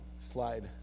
slide